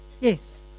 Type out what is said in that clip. Yes